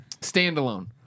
Standalone